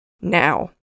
Now